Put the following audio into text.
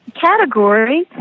category